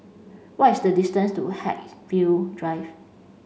what is the distance to Haigsville Drive